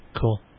Cool